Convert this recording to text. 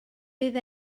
bydd